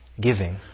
giving